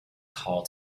call